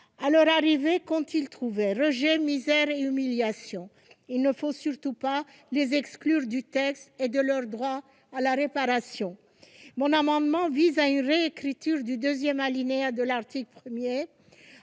à leur arrivée, qu'ont-ils trouvé ? Rejet, misère et humiliation ! Il ne faut en aucun cas les exclure du texte et les priver de leur droit à la réparation. Cet amendement vise à réécrire le deuxième alinéa l'article 1